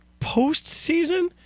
postseason